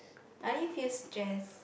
I only feel stress